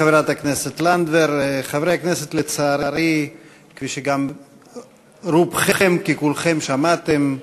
חברי הכנסת, לצערי, כפי שגם רובכם ככולכם שמעתם,